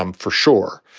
um for sure.